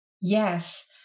Yes